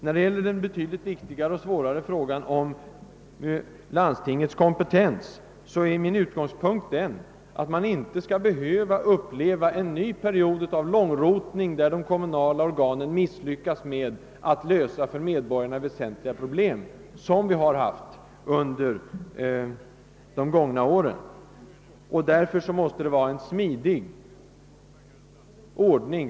När det gäller den betydligt viktigare och svårare frågan om landstingets kompetens, är min utgångspunkt att man inte skall behöva uppleva en ny sådan period av långrotning, där de kommunala organen misslyckas med att lösa för medborgarna väsentliga problem, som vi haft under de gångna åren. Därför måste det vara en smidig ordning.